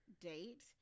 date